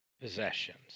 possessions